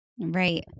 Right